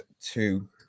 two